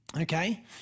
Okay